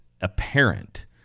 apparent